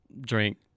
drink